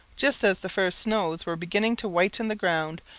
just as the first snows were beginning to whiten the ground,